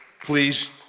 please